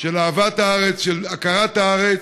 זה פוגע בכולכם, תירגע, אדוני היושב-ראש,